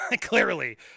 Clearly